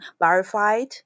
verified